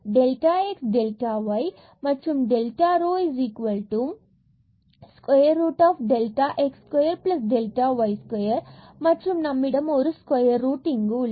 delta x delta y மற்றும் delta rho square root delta x square delta y square மற்றும் நம்மிடம் ஒரு square root இங்கு உள்ளது